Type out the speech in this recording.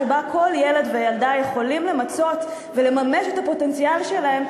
שבה כל ילד וילדה יכולים למצות ולממש את הפוטנציאל שלהם,